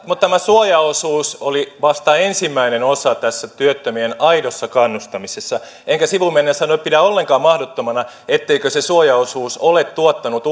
mutta tämä suojaosuus oli vasta ensimmäinen osa tässä työttömien aidossa kannustamisessa enkä sivumennen sanoen pidä ollenkaan mahdottomana etteikö se suojaosuus ole tuottanut